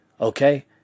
Okay